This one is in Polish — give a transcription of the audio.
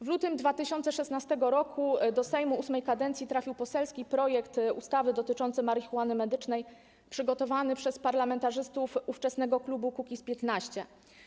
W lutym 2016 r. do Sejmu VIII kadencji trafił poselski projekt ustawy dotyczący marihuany medycznej przygotowany przez parlamentarzystów ówczesnego klubu Kukiz’15.